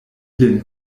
lin